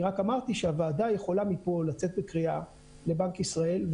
אני רק אמרתי שהוועדה יכולה מפה לצאת בקריאה לבנק ישראל,